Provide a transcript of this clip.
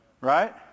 Right